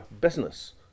business